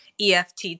EFT